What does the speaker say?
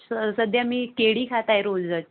स सध्या मी केळी खात आहे रोजच